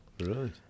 Right